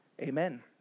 Amen